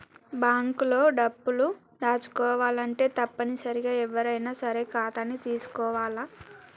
bank లో డబ్బులు దాచుకోవాలంటే తప్పనిసరిగా ఎవ్వరైనా సరే ఖాతాని తీసుకోవాల్ల